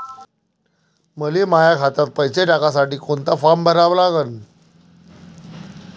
मले माह्या खात्यात पैसे टाकासाठी कोंता फारम भरा लागन?